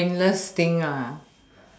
a brainless thing ah